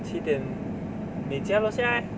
七点你家楼下 leh